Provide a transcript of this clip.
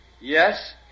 Yes